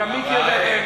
וגם מיקי יודע את האמת.